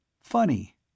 Funny